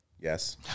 Yes